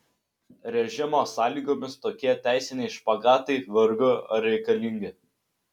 režimo sąlygomis tokie teisiniai špagatai vargu ar reikalingi